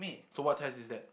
so what test is that